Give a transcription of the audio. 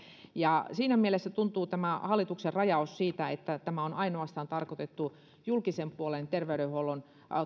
siinä mielessä tämä hallituksen rajaus että tämä on tarkoitettu ainoastaan julkisen puolen terveydenhuollon